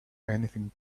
anything